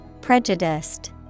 Prejudiced